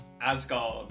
Asgard